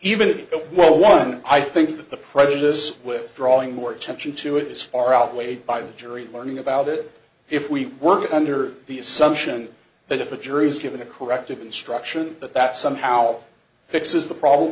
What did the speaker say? though one i think that the prejudice with drawing more attention to it is far outweighed by the jury in learning about it if we work under the assumption that if a jury is given a corrective instruction that that somehow fixes the problem